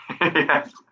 Yes